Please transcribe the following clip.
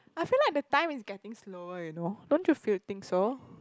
I feel like the time is getting slower you know don't you feel think so